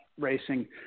racing